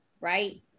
right